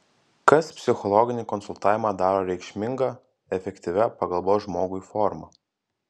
kas psichologinį konsultavimą daro reikšminga efektyvia pagalbos žmogui forma